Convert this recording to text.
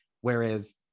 Whereas